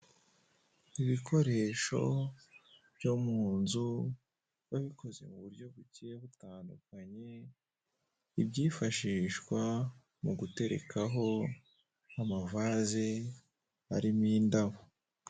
Ibikoresho byo mu nzu babikoze mu buryo bugiye butandukanye ibyifashishwa mu gutekarekaho amavaze arimo indabo.